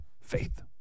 Faith